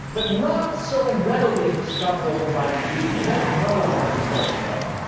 but not so readily discoverable by the user. you won't know what you don't know.